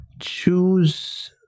choose